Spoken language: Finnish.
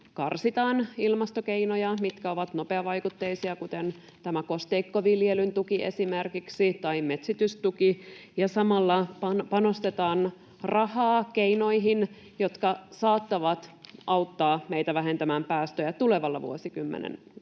karsitaan ilmastokeinoja, jotka ovat nopeavaikutteisia, kuten esimerkiksi kosteikkoviljelyn tuki tai metsitystuki, ja samalla panostetaan rahaa keinoihin, jotka saattavat auttaa meitä vähentämään päästöjä tulevalla vuosikymmenellä.